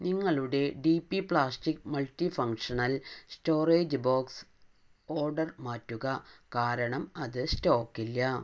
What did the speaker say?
നിങ്ങളുടെ D P plastic multifunctional storage box order മാറ്റുക കാരണം അത് സ്റ്റോക്കില്ല